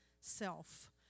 self